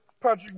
Patrick